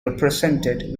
represented